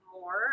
more